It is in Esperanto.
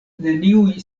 neniuj